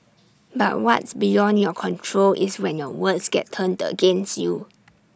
but what's beyond your control is when your words get turned the against you